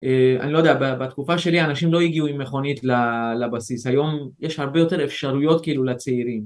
אני לא יודע, בתקופה שלי אנשים לא הגיעו עם מכונית לבסיס, היום יש הרבה יותר אפשרויות כאילו לצעירים.